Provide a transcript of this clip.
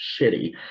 shitty